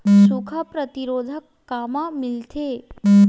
सुखा प्रतिरोध कामा मिलथे?